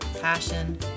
passion